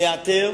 להיעתר